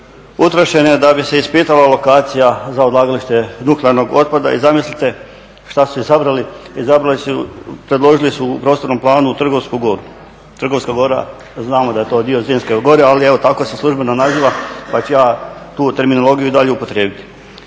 utrošene da bi se ispitala lokacija za odlagalište nuklearnog otpada i zamislite što su izabrali, izabrali su, predložili u prostornom planu Trgovsku goru. Trgovska gora, znamo da je to dio … gore, ali evo tako se službeno naziva pa ću ja tu terminologiju i dalje upotrijebiti.